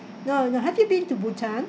no no have you been to bhutan